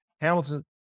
Hamilton